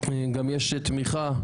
גם יש תמיכה,